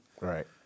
Right